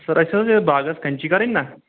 سَر اَسہِ ٲس یتھ باغس کَنچی کَرٕنۍ نا